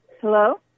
hello